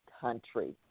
country